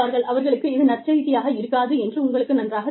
அவர்களுக்கு இது நற்செய்தியாக இருக்காது என்று உங்களுக்கு நன்றாகத் தெரியும்